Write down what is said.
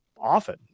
often